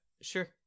sure